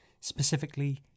specifically